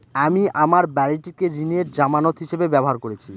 আমি আমার বাড়িটিকে ঋণের জামানত হিসাবে ব্যবহার করেছি